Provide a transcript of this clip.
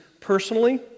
personally